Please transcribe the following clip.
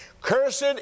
cursed